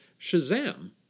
Shazam